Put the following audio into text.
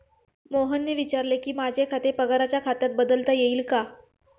मोहनने विचारले की, माझे खाते पगाराच्या खात्यात बदलता येईल का